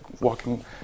walking